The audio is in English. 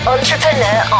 Entrepreneur